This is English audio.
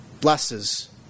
blesses